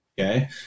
Okay